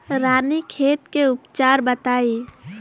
रानीखेत के उपचार बताई?